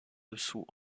dessous